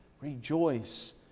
rejoice